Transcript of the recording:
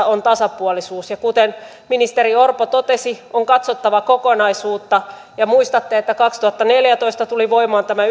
on tasapuolisuus ja kuten ministeri orpo totesi on katsottava kokonaisuutta ja muistatte että kaksituhattaneljätoista tuli voimaan tämä